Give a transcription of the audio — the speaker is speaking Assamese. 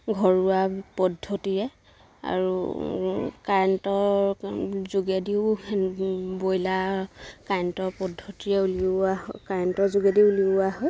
ঘৰুৱা পদ্ধতিৰে আৰু কাৰেণ্টৰ যোগেদিও ব্ৰইলাৰ কাৰেণ্টৰ পদ্ধতিৰে উলিওৱা কাৰেণ্টৰ যোগেদি উলিওৱা হয়